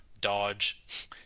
Dodge